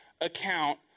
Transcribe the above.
account